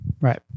right